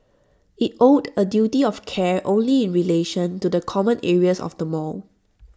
IT owed A duty of care only in relation to the common areas of the mall